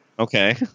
Okay